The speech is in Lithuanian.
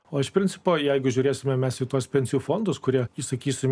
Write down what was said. o iš principo jeigu žiūrėsime mes į tuos pensijų fondus kurie įsakysiu